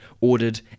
ordered